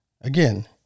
Again